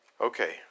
Okay